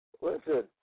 Listen